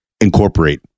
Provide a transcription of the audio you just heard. incorporate